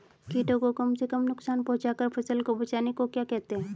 कीटों को कम से कम नुकसान पहुंचा कर फसल को बचाने को क्या कहते हैं?